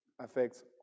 affects